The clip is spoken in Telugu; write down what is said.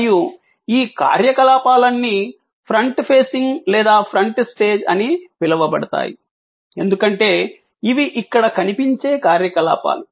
మరియు ఈ కార్యకలాపాలన్నీ ఫ్రంట్ ఫేసింగ్ లేదా ఫ్రంట్ స్టేజ్ అని పిలవబడతాయి ఎందుకంటే ఇవి ఇక్కడ కనిపించే కార్యకలాపాలు